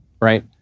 right